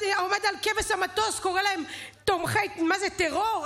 עומד על כבש המטוס וקורא להם תומכי טרור?